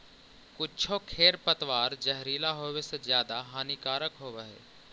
कुछो खेर पतवार जहरीला होवे से ज्यादा हानिकारक होवऽ हई